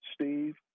Steve